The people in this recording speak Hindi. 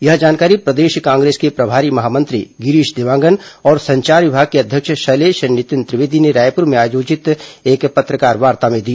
यह जानकारी प्रदेश कांग्रेस के प्रभारी महामंत्री गिरीश देवांगन और संचार विभाग के अध्यक्ष शैलेष नितिन त्रिवेदी ने रायपुर में आयोजित एक पत्रकारवार्ता में दी